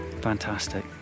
Fantastic